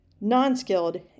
Non-skilled